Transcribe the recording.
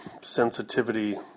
sensitivity